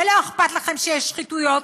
ולא אכפת לכם שיהיו שחיתויות,